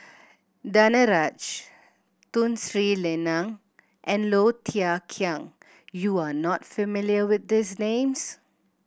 Danaraj Tun Sri Lanang and Low Thia Khiang you are not familiar with these names